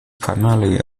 primarily